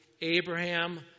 Abraham